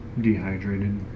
dehydrated